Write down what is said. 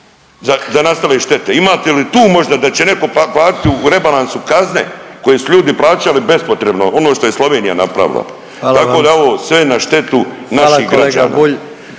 za nastale štete? Imate li tu možda da će netko platiti u rebalansu kazne koje su ljudi plaćali bespotrebno ono što je Slovenija napravila. …/Upadica: Hvala vam./… Tako da ovo sve na štetu naših građana. **Jandroković,